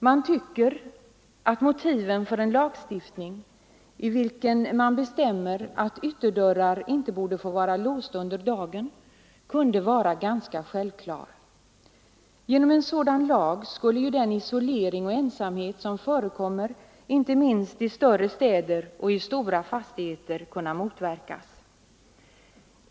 Man tycker att motiven för en lagstiftning, i vilken det bestäms att ytterdörrar inte skall få vara låsta under dagen, kunde vara ganska självklara. Genom en sådan lag skulle ju den isolering och ensamhet som förekommer inte minst i större städer och i stora fastigheter kunna Nr 83 motverkas.